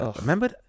Remember